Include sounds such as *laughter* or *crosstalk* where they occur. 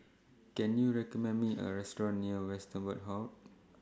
Can YOU recommend Me A *noise* Restaurant near Westerhout